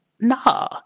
nah